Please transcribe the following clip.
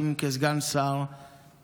כסגן השרה,